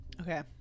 Okay